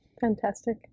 Fantastic